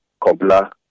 Kobla